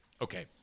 Okay